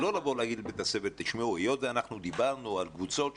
זה לא להגיד לבית הספר היות שדיברנו על קבוצות,